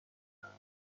کنم